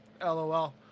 LOL